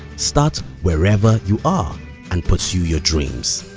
start wherever you are and pursue your dreams.